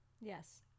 Yes